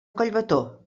collbató